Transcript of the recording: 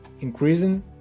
Increasing